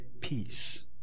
peace